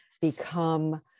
become